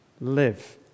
live